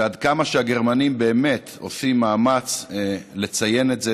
ועד כמה שהגרמנים באמת עושים מאמץ לציין את זה,